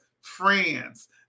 friends